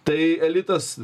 tai elitas